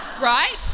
right